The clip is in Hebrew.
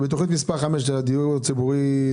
בתכנית מספר 5, 70-05-01,